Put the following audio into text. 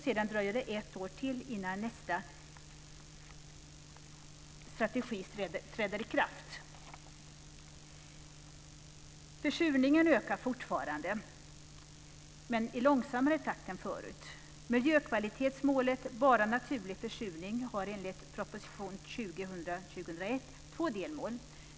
Sedan dröjer det ett år till innan nästa strategi träder i kraft. Försurningen ökar fortfarande, men i långsammare takt än förut. Miljökvalitetsmålet Bara naturlig försurning har enligt proposition 2000/01:130 två delmål.